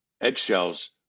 eggshells